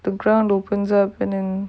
the ground opens up and then